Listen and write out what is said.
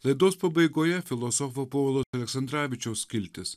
laidos pabaigoje filosofo paulo aleksandravičiaus skiltis